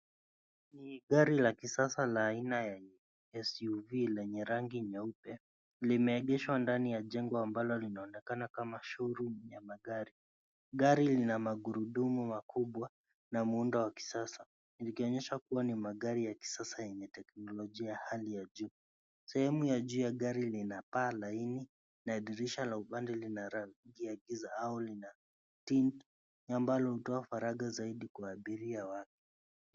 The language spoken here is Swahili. Ni gari la kisasa la aina ya SUV lenye rangi nyeupe. Limeegeshwa ndani ya jengo ambalo linaonekana kama showroom ya magari. Gari lina magurudumu makubwa na muundo wa kisasa likionyesha kuwa ni magari ya kisasa yenye teknolojia ya hali ya juu. Sehemu ya juu ya gari lina paa laini na dirisha la upande lina rangi ya giza au lina tint ambalo hutoa faragha zaidi kwa abiria wake.